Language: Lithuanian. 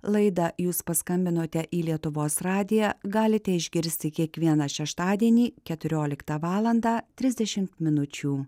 laidą jūs paskambinote į lietuvos radiją galite išgirsti kiekvieną šeštadienį keturioliktą valandą trisdešimt minučių